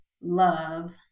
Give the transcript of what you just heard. love